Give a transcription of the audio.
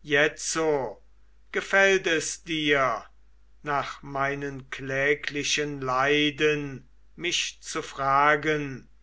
jetzo gefällt es dir nach meinen kläglichen leiden mich zu fragen